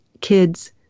kids